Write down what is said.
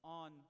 on